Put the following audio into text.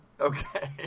Okay